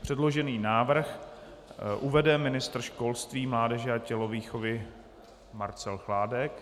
Předložený návrh uvede ministr školství, mládeže a tělovýchovy Marcel Chládek.